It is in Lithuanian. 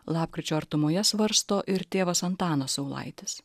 lapkričio artumoje svarsto ir tėvas antanas saulaitis